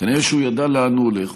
כנראה הוא ידע לאן הוא הולך,